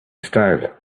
style